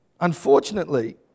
Unfortunately